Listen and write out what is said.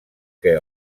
que